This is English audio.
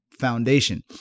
foundation